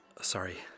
Sorry